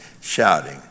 shouting